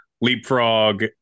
Leapfrog